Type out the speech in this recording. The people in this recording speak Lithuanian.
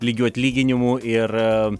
lygių atlyginimų ir